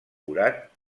borat